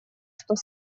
что